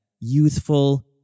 youthful